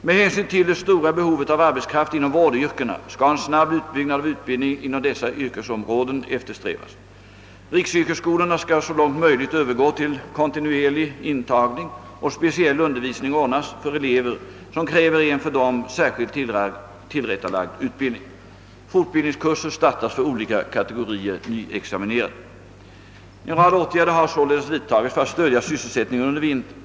Med hänsyn till det stora behovet av arbetskraft inom vårdyrkena skall en snabb utbyggnad av utbildningen inom dessa yrkesområden eftersträvas. Riksyrkesskolorna skall så långt möjligt övergå till kontinuerlig intagning och speciell undervisning ordnas för elever som kräver en för dem särskilt tillrättalagd utbildning. Fortbildningskurser startas för olika kategorier nyexaminerade. En rad åtgärder har således vidtagits för att stödja sysselsättningen under vintern.